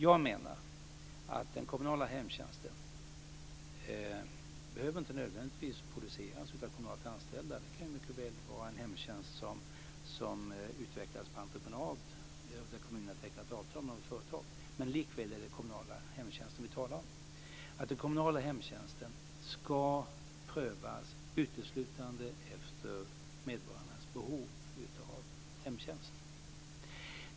Jag menar att den kommunala hemtjänsten inte nödvändigtvis behöver produceras av kommunalt anställda. Det kan mycket väl vara en hemtjänst som utvecklas på entreprenad där kommunen har tecknat ett avtal med något företag. Likväl är det den kommunala hemtjänsten vi talar om. Den kommunala hemtjänsten ska prövas uteslutande efter medborgarnas behov av hemtjänst.